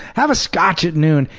have a scotch at noon.